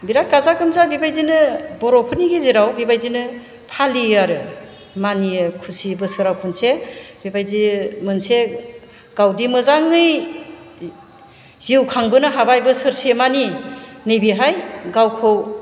बिराद गाजा गोमजा बेबायदिनो बर'फोरनि गेजेराव बेबायदिनो फालियोआरो मानियो खुसि बोसोराव खनसे बेबायदि मोनसे गावदि मोजाङै जिउ खांबोनो हाबाय बोसोरसे मानि नैबेहाय गावखौ